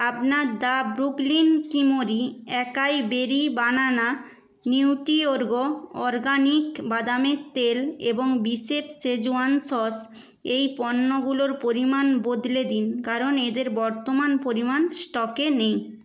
আপনার the Brooklyn creamery acai berry banana Nutriorg organic বাদামের তেল এবং বিশেফ শেজওয়ান সস এই পণ্যগুলোর পরিমাণ বদলে দিন কারণ এদের বর্তমান পরিমাণ স্টকে নেই